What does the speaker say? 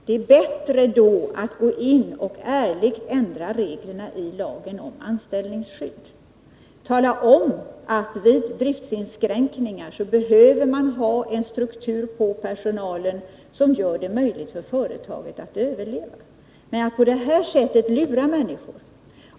Det är bättre att ärligt ändra reglerna i lagen om anställningsskydd och tala om att man vid driftsinskränkningar behöver ha en struktur på personalen som gör det möjligt för företaget att överleva! På det här sättet lurar man människor.